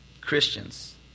Christians